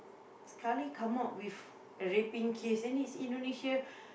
sekali come out with a raping case then it's Indonesia